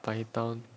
paitao